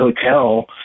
Hotel